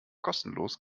kostenlos